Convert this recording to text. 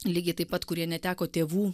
lygiai taip pat kurie neteko tėvų